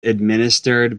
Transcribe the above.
administered